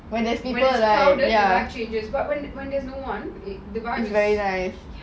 when there's people right ya very nice